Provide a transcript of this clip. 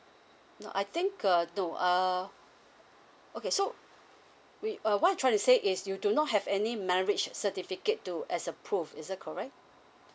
no I think uh no uh okay so we uh what I try to say is you do not have any marriage certificate to as a proof is that correct